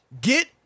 get